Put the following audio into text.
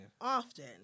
Often